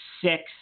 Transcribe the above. six